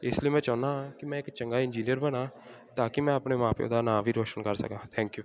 ਇਸ ਲਈ ਮੈਂ ਚਾਹੁੰਦਾ ਹਾਂ ਕਿ ਮੈਂ ਇੱਕ ਚੰਗਾ ਇੰਜੀਨੀਅਰ ਬਣਾ ਤਾਂ ਕਿ ਮੈਂ ਆਪਣੇ ਮਾਂ ਪਿਓ ਦਾ ਨਾਂ ਵੀ ਰੋਸ਼ਨ ਕਰ ਸਕਾਂ ਥੈਂਕ ਯੂ